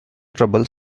trouble